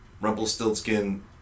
Rumpelstiltskin